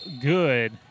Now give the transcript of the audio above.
good